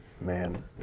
Man